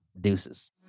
deuces